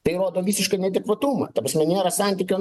tai rodo visišką neadekvatumą ta prasme nėra santykio